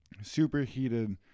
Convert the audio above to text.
superheated